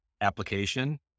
application